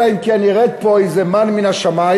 אלא אם כן ירד פה איזה מין מן מהשמים,